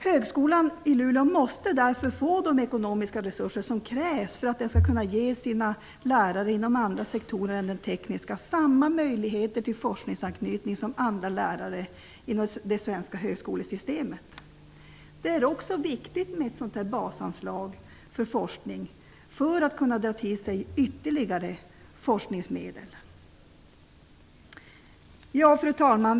Högskolan i Luleå måste därför få de ekonomiska resurser som krävs för att den skall kunna ge sina lärare inom andra sektorer än de tekniska samma möjligheter till forskningsanknytning som andra lärare i det svenska högskolesystemet. Det är också viktigt med ett basanslag för forskning för att högskolan skall kunna dra till sig ytterligare forskningsmedel. Fru talman!